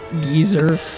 Geezer